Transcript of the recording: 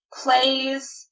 plays